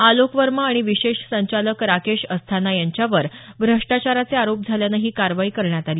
आलोक वर्मा आणि विशेष संचालक राकेश अस्थाना यांच्यावर भ्रष्टाचाराचे आरोप झाल्यानं ही कारवाई करण्यात आली